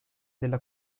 della